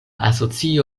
asocio